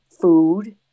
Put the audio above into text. food